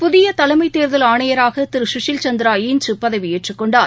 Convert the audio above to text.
புதியதலைமைதேர்தல் ஆணையராகதிருகூடில் சந்திரா இன்றுபதவியேற்றுக்கொண்டார்